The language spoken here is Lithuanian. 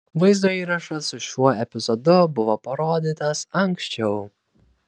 vaizdo įrašas su šiuo epizodu buvo parodytas anksčiau